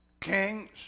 kings